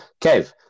Kev